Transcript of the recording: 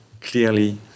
clearly